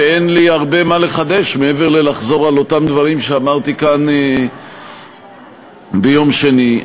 שאין לי הרבה מה לחדש מעבר לחזרה על אותם דברים שאמרתי כאן ביום שני.